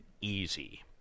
easy